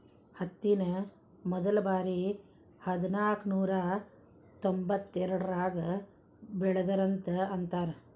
ಹತ್ತಿನ ಮೊದಲಬಾರಿ ಹದನಾಕನೂರಾ ತೊಂಬತ್ತೆರಡರಾಗ ಬೆಳದರಂತ ಅಂತಾರ